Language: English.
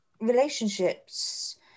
relationships